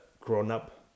grown-up